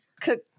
cook